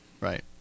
right